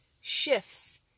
shifts